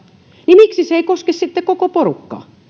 niin miksi se ei koske sitten koko porukkaa